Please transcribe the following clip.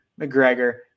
McGregor